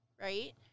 Right